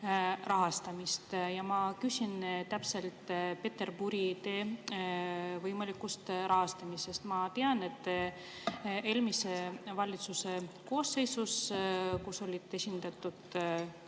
rahastamist. Ma küsin täpsemalt Peterburi tee võimaliku rahastamise kohta. Ma tean, et eelmises valitsuses, kus olid esindatud